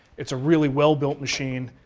it's a really well built machine,